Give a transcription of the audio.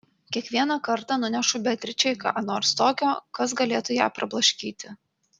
kiekvieną kartą nunešu beatričei ką nors tokio kas galėtų ją prablaškyti